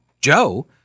Joe